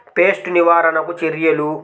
Pest నివారణకు చర్యలు?